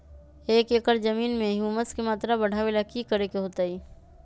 एक एकड़ जमीन में ह्यूमस के मात्रा बढ़ावे ला की करे के होतई?